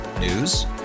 News